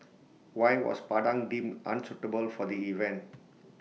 why was Padang deemed unsuitable for the event